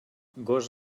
gos